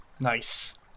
Nice